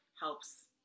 helps